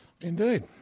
Indeed